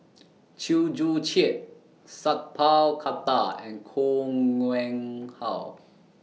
Chew Joo Chiat Sat Pal Khattar and Koh Nguang How